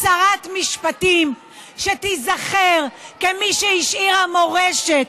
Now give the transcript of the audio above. את שרת משפטים שתיזכר כמי שהשאירה מורשת,